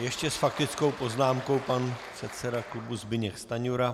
Ještě s faktickou poznámkou pan předseda klubu Zbyněk Stanjura.